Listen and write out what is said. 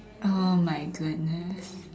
oh my goodness